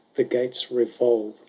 the gates revolve,